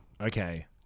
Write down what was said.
Okay